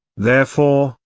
therefore,